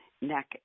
Neck